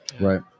right